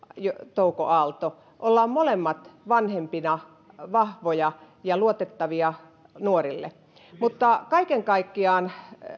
touko aalto olemme molemmat vanhempina vahvoja ja luotettavia nuorille mutta kaiken kaikkiaan